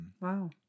Wow